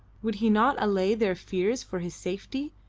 would he not allay their fears for his safety,